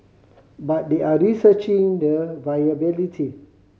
but they are researching the viability